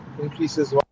increases